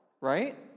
right